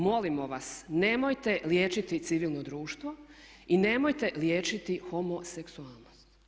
Molimo vas nemojte liječiti civilno društvo i nemojte liječiti homoseksualnost.